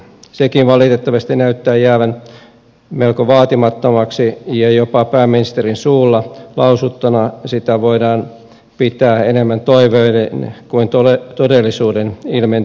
sekin valitettavasti näyttää jäävän melko vaatimattomaksi ja jopa pääministerin suulla lausuttuna sitä voidaan pitää enemmän toiveiden kuin todellisuuden ilmentymänä